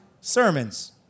sermons